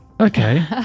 Okay